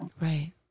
Right